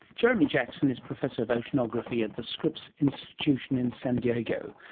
jeremy jackson is professor of oceanography at the scripps institution in san diego,